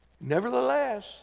Nevertheless